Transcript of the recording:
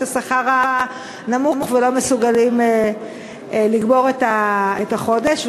השכר הנמוך ולא מסוגלים לגמור את החודש.